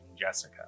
Jessica